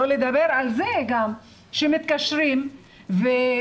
שלא לדבר על זה שמתקשרים ובצדק,